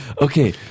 Okay